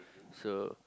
so